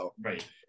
Right